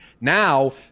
Now